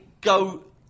go